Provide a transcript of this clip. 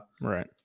Right